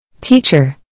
Teacher